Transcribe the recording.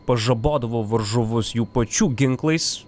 pažabodavo varžovus jų pačių ginklais